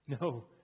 No